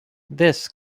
this